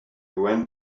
went